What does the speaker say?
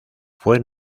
fue